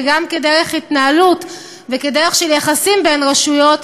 וגם כדרך התנהלות וכדרך של יחסים בין רשויות,